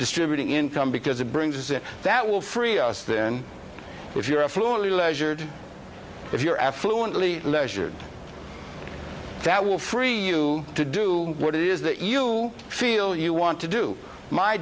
distributing income because it brings that that will free us then if you're absolutely leisure if you're after only leisure that will free you to do what it is that you feel you want to do my